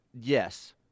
yes